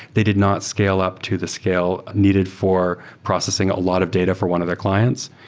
they did not scale up to the scale needed for processing a lot of data for one of their clients.